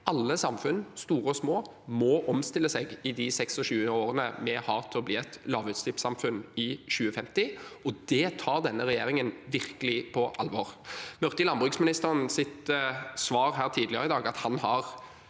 Alle samfunn, store og små, må omstille seg i de 26 årene vi har til å bli et lavutslippssamfunn i 2050, og det tar denne regjeringen virkelig på alvor. Jeg hørte av landbruksministerens svar her tidligere i dag at han har